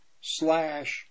Slash